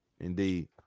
Indeed